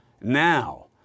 now